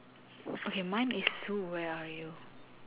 okay mine is zoo where are you